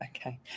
Okay